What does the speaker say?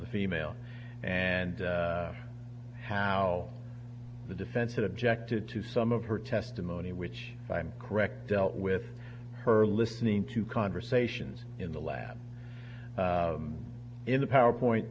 the female and have now the defense objected to some of her testimony which if i'm correct dealt with her listening to conversations in the lab in the powerpoint